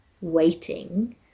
waiting